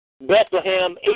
Bethlehem